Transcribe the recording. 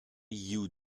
you